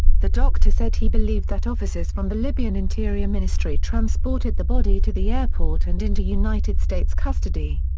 the doctor said he believed that officers from the libyan interior ministry transported the body to the airport and into united states custody.